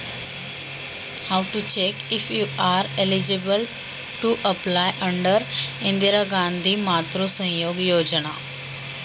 इंदिरा गांधी मातृत्व सहयोग योजनेअंतर्गत अर्ज करण्यासाठी पात्र आहे की नाही हे कसे पाहायचे?